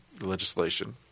legislation